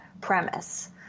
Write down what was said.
premise